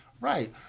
Right